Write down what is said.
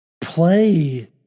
play